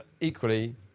equally